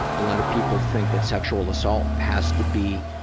a lot of people think that sexual assault has to be,